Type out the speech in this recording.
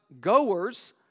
goers